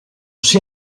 sia